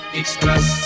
express